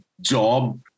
job